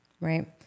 Right